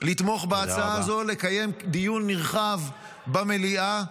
לתמוך בהצעה הזאת, לקיים דיון נרחב במליאה.